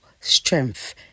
strength